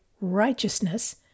righteousness